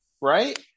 Right